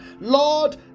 Lord